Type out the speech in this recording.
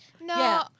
No